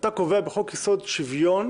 אתה קובע בחוק יסוד שוויון,